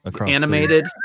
animated